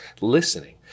listening